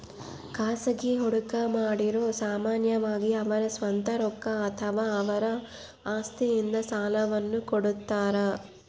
ಖಾಸಗಿ ಹೂಡಿಕೆಮಾಡಿರು ಸಾಮಾನ್ಯವಾಗಿ ಅವರ ಸ್ವಂತ ರೊಕ್ಕ ಅಥವಾ ಅವರ ಆಸ್ತಿಯಿಂದ ಸಾಲವನ್ನು ಕೊಡುತ್ತಾರ